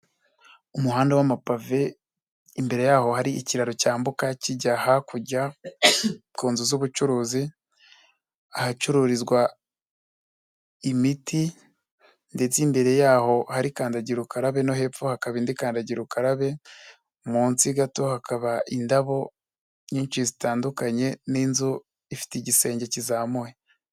Umuhanda w'amapave, imbere yawo hari ikiraro cyambuka kijya hakurya ku nzu z'ubucuruzi. Ahacururizwa imiti ndetse imbere yaho hari kandagira ukarabe no hepfo hakaba indi kandagira ukarabe. Munsi gato hakaba indabo nyinshi zitandukanye n'inzu ifite igisenge kizamuye.